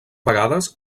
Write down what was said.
vegades